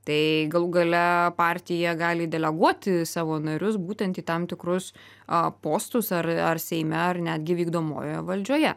tai galų gale partija gali deleguoti savo narius būtent į tam tikrus a postus ar ar seime ar netgi vykdomojoje valdžioje